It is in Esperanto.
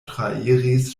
trairis